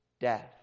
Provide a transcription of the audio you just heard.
death